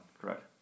correct